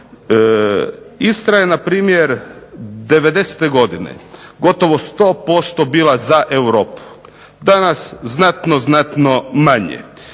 Istra je npr. '90. godine gotovo 100% bila za Europu, danas znatno znatno manje